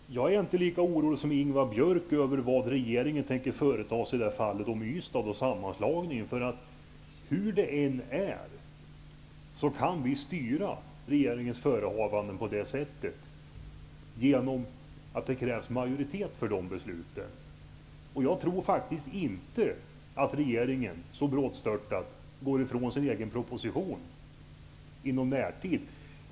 Herr talman! Jag är inte lika orolig som Ingvar Björk över vad regeringen tänker företa sig i fallet Ystad och vad beträffar sammanslagningen. Hur det än är kan vi styra regeringens förehavanden genom att det krävs majoritet för besluten. Jag tror faktiskt inte att regeringen så brådstörtat går ifrån sin egen proposition inom närtid.